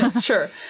Sure